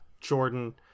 Jordan